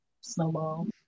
snowball